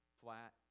flat